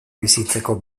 bizitzeko